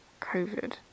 COVID